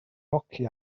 hoci